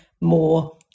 more